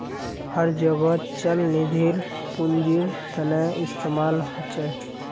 हर जोगोत चल निधिर पुन्जिर तने इस्तेमाल होचे